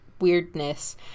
weirdness